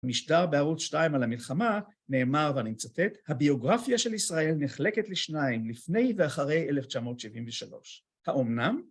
במשדר בערוץ 2 על המלחמה, נאמר ואני מצטט, הביוגרפיה של ישראל נחלקת לשניים, לפני ואחרי 1973. האמנם?